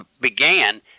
began